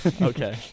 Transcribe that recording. Okay